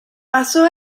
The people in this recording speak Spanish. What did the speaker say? pasó